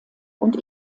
und